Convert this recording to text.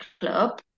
club